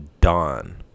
dawn